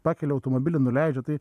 pakelia automobilį nuleidžia tai